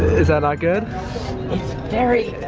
is that not good? it's very